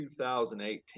2018